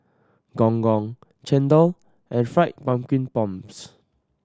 Gong Gong chendol and Fried Pumpkin Prawns